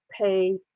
pay